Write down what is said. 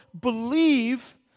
believe